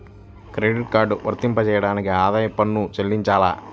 Credit card వర్తింపజేయడానికి ఆదాయపు పన్ను చెల్లించాలా?